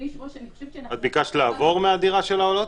את ביקשת לעבור לדירה של העולות?